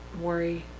worry